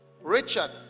Richard